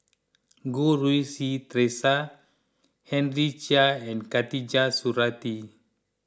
Goh Rui Si theresa Henry Chia and Khatijah Surattee